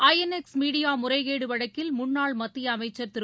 ஐ N X Media முறைகேடு வழக்கில் முன்னாள் மத்திய அமைச்சர் திரு